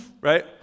Right